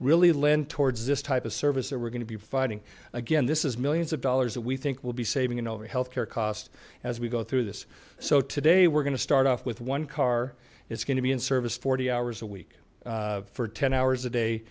really lend towards this type of service that we're going to be fighting again this is millions of dollars that we think will be saving over health care costs as we go through this so today we're going to start off with one car it's going to be in service forty hours a week for ten hours a day